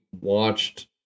watched